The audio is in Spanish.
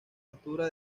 altura